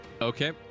Okay